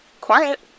quiet